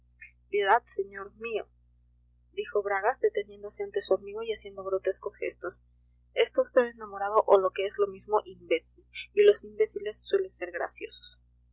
piedad señor mío dijo bragas deteniéndose ante su amigo y haciendo grotescos gestos está vd enamorado o lo que es lo mismo imbécil y los imbéciles suelen ser graciosos